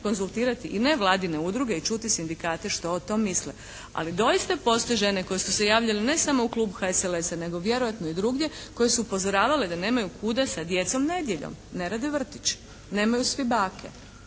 konzultirati i nevladine udruge i čuti sindikate što o tome misle. Ali doista postoje žene koje su se javljale ne samo u klub HSLS-a nego vjerojatno i drugdje koje su upozoravale da nemaju kuda sa djecom nedjeljom, ne rade vrtići, nemaju svi bake,